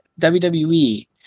WWE